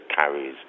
carries